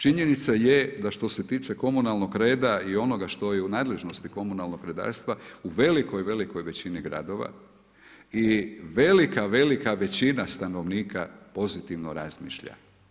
Činjenica je da što se tiče komunalnog reda i onoga što je u nadležnosti komunalnog redarstva u velikoj, velikoj većini gradova i velika, velika većina stanovnika pozitivno razmišlja.